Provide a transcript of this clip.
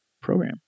program